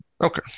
Okay